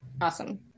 Awesome